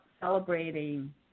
celebrating